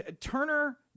Turner